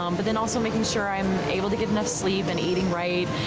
um but then also making sure i'm able to get enough sleep and eating right,